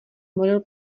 model